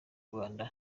rwanda